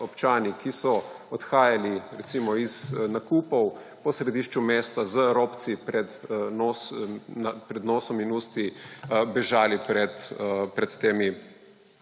občani, ki so odhajali, recimo, iz nakupov po središču mesta z robci pred nosom in usti in bežali pred temi